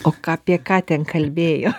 o ką apie ką ten kalbėjo